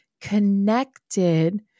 connected